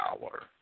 power